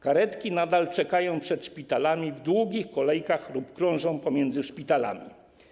Karetki nadal czekają przed szpitalami w długich kolejkach lub krążą pomiędzy szpitalami.